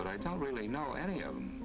but i don't really know any of